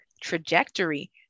trajectory